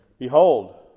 Behold